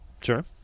sure